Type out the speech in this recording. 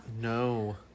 No